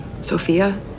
Sophia